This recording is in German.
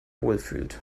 wohlfühlt